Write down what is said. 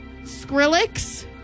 Skrillex